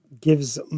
gives